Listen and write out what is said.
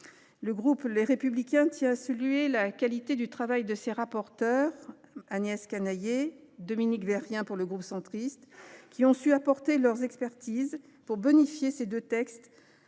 Le groupe Les Républicains tient à saluer la qualité du travail des deux rapporteurs, Agnès Canayer et Dominique Vérien, lesquelles ont su apporter leur expertise pour bonifier ces deux textes